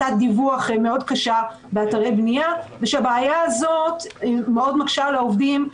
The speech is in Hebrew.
תת-דיווח באתרי בנייה ושהבעיה הזאת מקשה מאוד על העובדים,